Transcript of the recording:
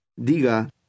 Diga